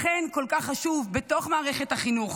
לכן כל כך חשוב לתת לילדים בתוך מערכת החינוך